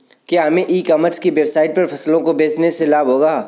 क्या हमें e commerce की वेबसाइट पर फसलों को बेचने से लाभ होगा?